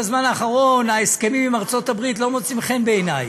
בזמן האחרון ההסכמים עם ארצות הברית לא מוצאים חן בעיני.